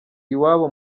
iwabo